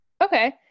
okay